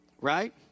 Right